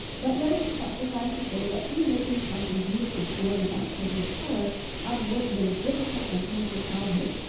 but let it suffice suffice to say that through making something beautiful for and about children of color out of what had been a difficult and painful childhood,